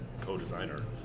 co-designer